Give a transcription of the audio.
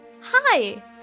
Hi